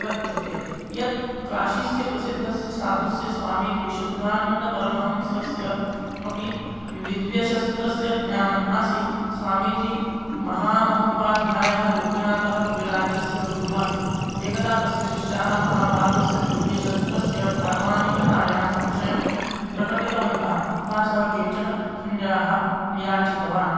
कथ्यते यत् काश्याः प्रसिद्धस्य साधुनः स्वामी विशुद्धानन्दपरमहंसस्य अपि दिव्यशस्त्रस्य ज्ञानम् आसीत् स्वामीजी महामहोपाध्यायः गोपीनाथः कविराज्यस्य गुरुः आसीत् एकदा तस्य शिष्याः महाभारतस्य दिव्यशस्त्रस्य प्रामाणिकतायां संशयं प्रकटितवन्तः तदा सः केचन खञ्जाः याचितवान्